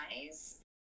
eyes